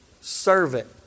servant